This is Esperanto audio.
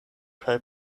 kaj